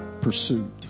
Pursuit